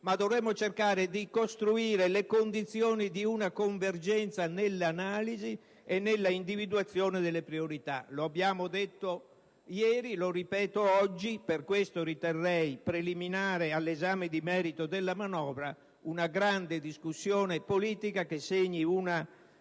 dovremo cercare di costruire le condizioni di una convergenza nell'analisi e nell'individuazione delle priorità. Lo abbiamo detto ieri e lo ripeto oggi. Per queste ragioni riterrei preliminare all'esame di merito della manovra una grande discussione politica che segni una